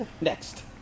Next